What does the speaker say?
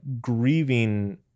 grieving